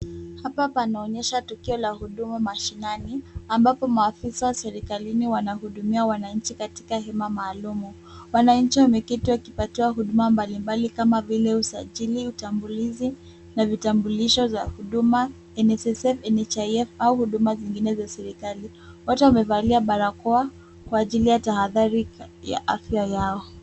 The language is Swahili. Hapa panaonyesha tukio la huduma mashinani ambapo maafisa wa serekalini wanahudumia wananchi katika hema maalumu. Wananchi wameketi wakipatiwa huduma mbalimbali kama vile usajili, utambulizi na vitambulisho za huduma, NSSF, NHIF au huduma zingine za serikali. Wote wamevalia barakoa kwa ajili ya tahadhari ya afya yao.